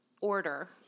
order